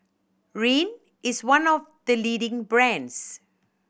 Rene is one of the leading brands